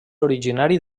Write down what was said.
originari